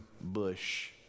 bush